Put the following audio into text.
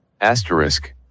Asterisk